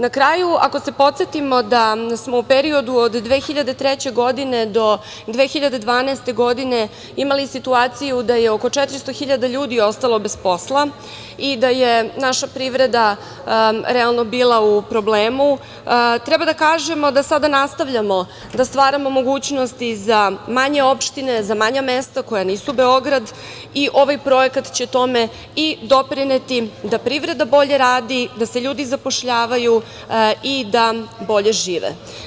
Na kraju, ako se podsetimo da smo u periodu od 2003. do 2012. godine imali situaciju da je oko 400.000 ljudi ostalo bez posla i da je naša privreda realno bila u problemu, treba da kažemo da sada nastavljamo da stvaramo mogućnosti za manje opštine, za manja mesta koja nisu Beograd i ovaj projekat će tome i doprineti, da privreda bolje radi, da se ljudi zapošljavaju i da bolje žive.